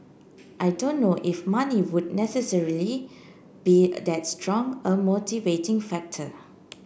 I don't know if money would necessarily be that strong a motivating factor